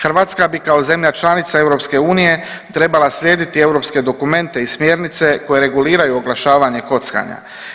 Hrvatska bi kao zemlja članica EU trebala slijediti europske dokumente i smjernice koje reguliraju oglašavanje kockanja.